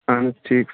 اَہَن حظ ٹھیٖک